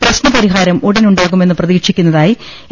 പ്രശ്നപരിഹാരം ഉടൻ ഉണ്ടാകു്മെന്ന് പ്രതീക്ഷിക്കു ന്നതായി എ